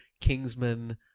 Kingsman